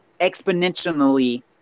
exponentially